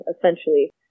essentially